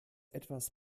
etwas